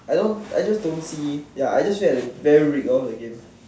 I don't I just don't see ya I just felt like very ripped off the game